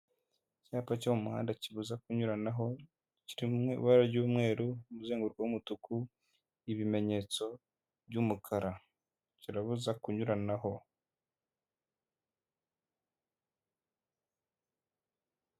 Icyapa cyo mu muhanda kibuza kunyuranaho, kiri mu ibara ry'umweru, umuzenguruko w'umutuku, ibimenyetso by'umukara, kirabuza kunyuranaho.